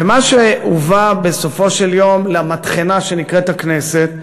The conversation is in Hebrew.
ומה שהובא בסופו של דבר למטחנה שנקראת הכנסת,